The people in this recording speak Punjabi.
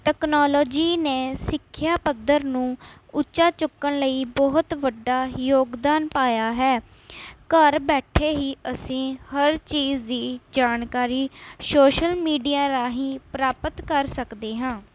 ਟਕਨੋਲੋਜੀ ਨੇ ਸਿੱਖਿਆ ਪੱਧਰ ਨੂੰ ਉੱਚਾ ਚੁੱਕਣ ਲਈ ਬਹੁਤ ਵੱਡਾ ਯੋਗਦਾਨ ਪਾਇਆ ਹੈ ਘਰ ਬੈਠੇ ਹੀ ਅਸੀਂ ਹਰ ਚੀਜ਼ ਦੀ ਜਾਣਕਾਰੀ ਸ਼ੋਸ਼ਲ ਮੀਡੀਆ ਰਾਹੀਂ ਪ੍ਰਾਪਤ ਕਰ ਸਕਦੇ ਹਾਂ